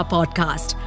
Podcast